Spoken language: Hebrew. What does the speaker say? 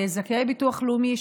זכאי ביטוח לאומי,